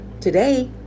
today